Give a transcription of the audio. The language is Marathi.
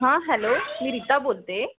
हां हॅलो मी रीता बोलते